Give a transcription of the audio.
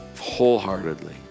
wholeheartedly